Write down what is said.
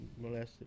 molested